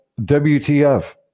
WTF